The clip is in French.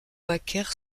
baker